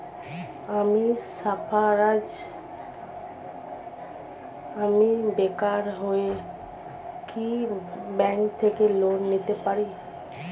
আমি সার্ফারাজ, আমি বেকার হয়েও কি ব্যঙ্ক থেকে লোন নিতে পারি?